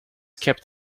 kept